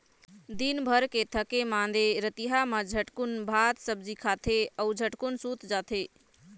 दिनभर के थके मांदे रतिहा मा झटकुन भात सब्जी खाथे अउ झटकुन सूत जाथे